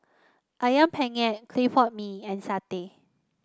ayam penyet Clay Pot Mee and satay